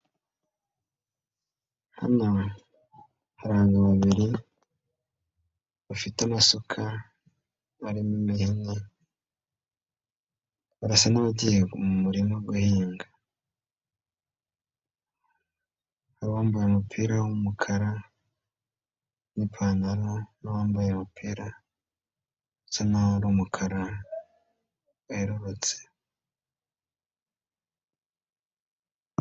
Hano hari abagabo babiri bafite amasuka, bari mu murima, barasa n'abajyiye mu murima guhinga. Bambaye umupira w'umukara niipantaro, harimo wambaye umupira usa n'aho ari umukara werurutse.